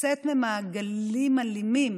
לצאת ממעגלים אלימים.